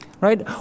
Right